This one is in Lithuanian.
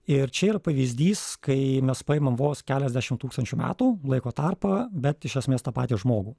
ir čia yra pavyzdys kai mes paimam vos keliasdešim tūkstančių metų laiko tarpą bet iš esmės tą patį žmogų